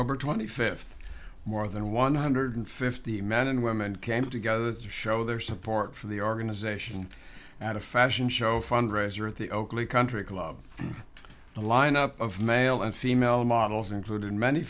october twenty fifth more than one hundred fifty men and women came together to show their support for the organization at a fashion show fundraiser at the oakley country club a lineup of male and female models including many